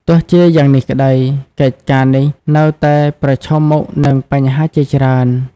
ទោះជាយ៉ាងនេះក្តី កិច្ចការនេះនៅតែប្រឈមមុខនឹងបញ្ហាជាច្រើន។